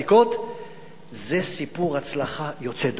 זה סיפור הצלחה יוצא דופן.